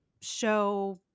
show